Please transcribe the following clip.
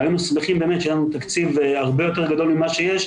והיינו שמחים שיהיה לנו תקציב הרבה יותר גדול ממה שיש,